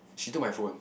she took my phone